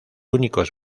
únicos